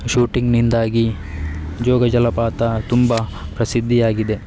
ಶೂಟಿಂಗ್ನಿಂದಾಗಿ ಜೋಗ ಜಲಪಾತ ತುಂಬ ಪ್ರಸಿದ್ಧಿಯಾಗಿದೆ